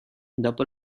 dopo